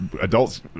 adults